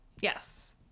yes